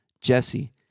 Jesse